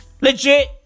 Legit